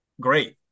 Great